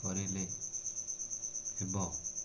କରିଲେ ହେବ